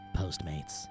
Postmates